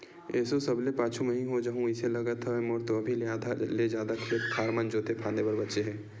एसो सबले पाछू मही ह हो जाहूँ अइसे लगत हवय, मोर तो अभी आधा ले जादा खेत खार मन जोंते फांदे बर बचें हे